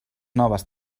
noves